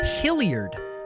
Hilliard